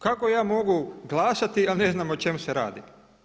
Kako ja mogu glasati a ne znam o čemu se radi?